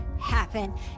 happen